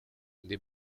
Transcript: des